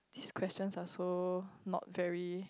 these questions are so not very